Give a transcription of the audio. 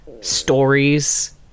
stories